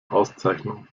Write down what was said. auszeichnung